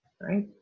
right